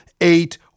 eight